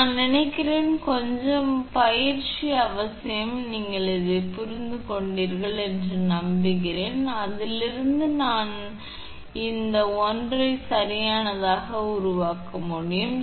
நான் நினைக்கிறேன் கொஞ்சம் பயிற்சி அவசியம் என்பதை நீங்கள் புரிந்துகொண்டீர்கள் என்று நம்புகிறேன் அதிலிருந்து நீங்கள் இந்த 1 சரியானதை உருவாக்க முடியும்